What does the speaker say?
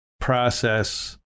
process